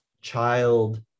child